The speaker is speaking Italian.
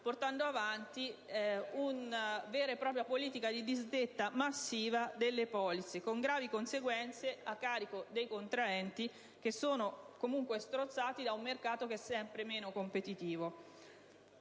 portando avanti una vera e propria politica di disdetta massiva delle polizze, con gravi conseguenze a carico dei contraenti, comunque strozzati da un mercato sempre meno competitivo.